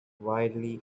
wildly